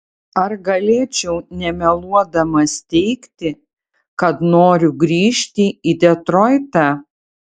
ar galėčiau nemeluodamas teigti kad noriu grįžti į detroitą